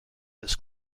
this